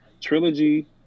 Trilogy